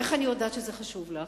איך אני יודעת שזה חשוב לך?